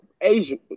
Asian